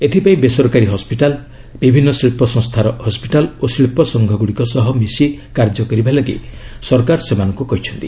ଏଥିପାଇଁ ବେସରକାରୀ ହସ୍କିଟାଲ୍ ବିଭିନ୍ନ ଶିଳ୍ପ ସଂସ୍କାର ହସ୍କିଟାଲ୍ ଓ ଶିଳ୍ପସଂଘଗ୍ରଡ଼ିକ ସହ ମିଶି କାର୍ଯ୍ୟ କରିବାକୁ ସରକାର ସେମାନଙ୍କ କହିଛନ୍ତି